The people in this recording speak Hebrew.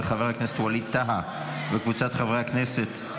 של חבר הכנסת ווליד טאהא וקבוצת חברי הכנסת.